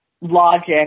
Logic